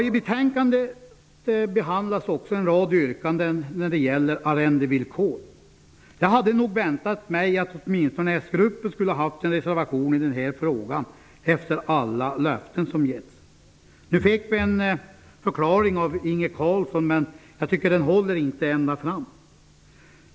I betänkandet behandlas också en rad yrkanden när det gäller arrendevillkor. Jag hade nog väntat mig att åtminstone s-gruppen skulle ha haft en reservation i den här frågan, efter alla löften som getts. Nu fick vi en förklaring av Inge Carlsson, men den håller inte ända fram.